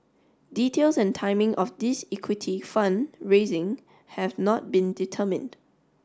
details and timing of this equity fund raising have not been determined